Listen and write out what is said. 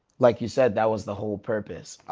like you said, that was the whole purpose.